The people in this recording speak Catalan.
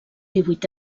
divuit